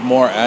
More